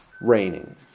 raining